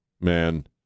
man